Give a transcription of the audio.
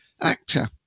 actor